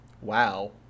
Wow